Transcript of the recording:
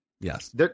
yes